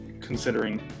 considering